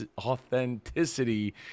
authenticity